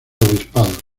obispado